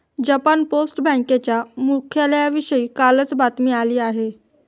Japan post बँकेच्या मुख्यालयाविषयी कालच बातमी आली आहे